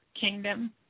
kingdom